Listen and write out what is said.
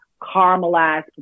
caramelized